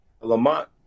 Lamont